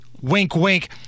wink-wink